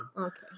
Okay